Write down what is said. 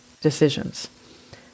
decisions